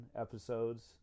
episodes